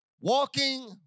walking